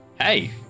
Hey